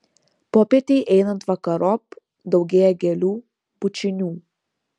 popietei einant vakarop daugėja gėlių bučinių